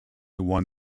won